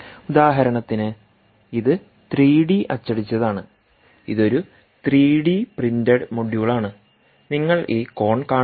ഉദാഹരണത്തിന് ഇത് three D അച്ചടിച്ചതാണ് ഇത് ഒരു ത്രീ ഡി പ്രിൻൻറ്ഡ് മൊഡ്യൂളാണ് നിങ്ങൾ ഈ കോൺ കാണുന്നു